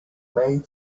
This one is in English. made